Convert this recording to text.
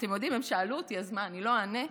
אתם יודעים, הם שאלו אותי, אז מה, אני לא אענה?